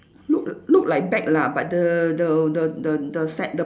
look look like bag lah but the the the the the ce~ the